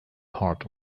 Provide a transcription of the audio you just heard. part